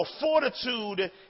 fortitude